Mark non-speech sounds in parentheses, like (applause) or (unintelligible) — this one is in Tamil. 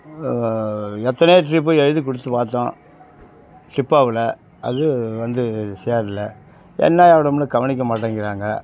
எத்தனையோ ட்ரிப்பு எழுதி கொடுத்து பார்த்தோம் (unintelligible) அது வந்து சேரல என்ன வேணும்முன்னு கவனிக்க மாட்டேங்கிறாங்க